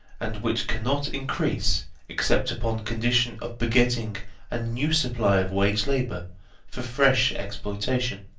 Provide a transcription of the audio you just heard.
and which cannot increase except upon condition of begetting a new supply of wage-labour for fresh exploitation.